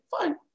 fine